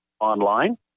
online